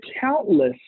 countless